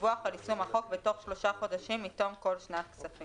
דיווח על יישום החוק בתוך שלושה חודשים מתום כל שנת כספים.